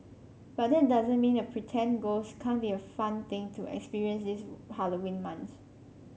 but that doesn't mean a pretend ghost can't be a fun thing to experience this Halloween month